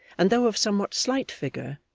and though of somewhat slight figure,